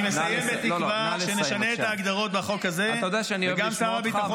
אני מסיים בתקווה שנשנה את ההגדרות בחוק וגם שר הביטחון